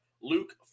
Luke